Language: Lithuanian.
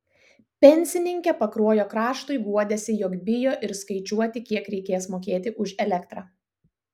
pensininkė pakruojo kraštui guodėsi jog bijo ir skaičiuoti kiek reikės mokėti už elektrą